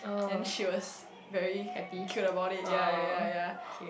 then she was very cute about it ya ya ya ya